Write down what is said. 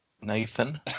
Nathan